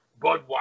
Budweiser